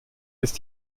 ist